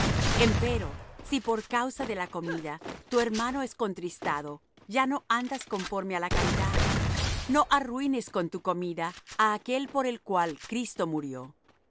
inmunda empero si por causa de la comida tu hermano es contristado ya no andas conforme á la caridad no arruines con tu comida á aquél por el cual cristo murió